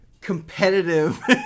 competitive